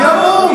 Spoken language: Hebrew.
אני המום.